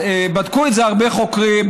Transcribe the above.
בדקו את זה הרבה חוקרים,